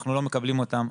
אנחנו לא מקבלים אותם.